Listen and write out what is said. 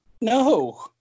No